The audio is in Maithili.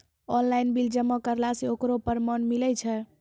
ऑनलाइन बिल जमा करला से ओकरौ परमान मिलै छै?